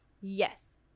Yes